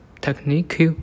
Technique